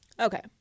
Okay